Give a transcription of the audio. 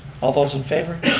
all those in favor?